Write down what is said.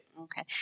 Okay